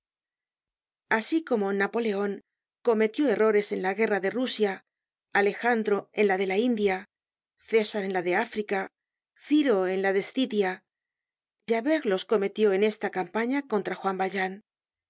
asi como napoleon cometió errores en la guerra de rusia alejandro en la de la india césar en la de africa ciro en la de escitia javert los cometió en esta campaña contra juan valjean